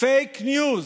פייק ניוז,